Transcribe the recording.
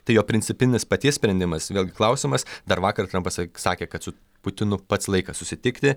tai jo principinis paties sprendimas vėlgi klausimas dar vakar trampas sak sakė kad su putinu pats laikas susitikti